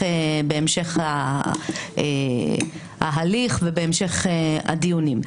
בהמשך ההליך ובהמשך הדיונים.